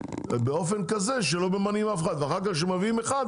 באופן כזה שלא ממנים אף אחד ואחר כך כשמביאים אחד,